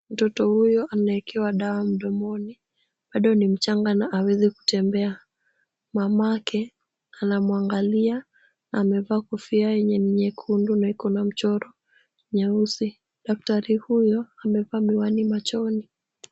Mtoto huyo anawekewa dawa mdomoni. Bado ni mchanga na hawezi kutembea. Mamake anamwangalia na amevaa kofia yenye ni nyekundu na iko na mchoro nyeusi. Daktari huyo amevaa miwani machoni.